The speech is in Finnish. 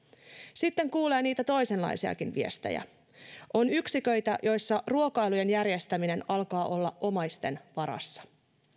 sitten kuulee niitä toisenlaisiakin viestejä on yksiköitä joissa ruokailujen järjestäminen alkaa olla omaisten varassa